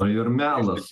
o ir melas